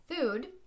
food